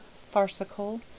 farcical